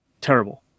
Terrible